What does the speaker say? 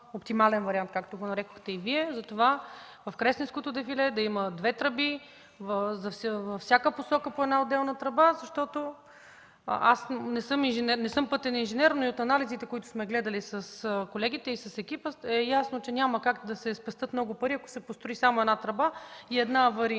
„оптимален вариант”, както го нарекохте и Вие – в Кресненското дефиле да има две тръби, във всяка посока по една отделна тръба. Аз не съм пътен инженер, но от анализите, които сме гледали с колегите и с екипа, е ясно, че няма как да се спестят много пари, ако се построи само една тръба и една аварийна.